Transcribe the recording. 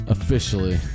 Officially